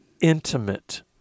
intimate